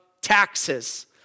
taxes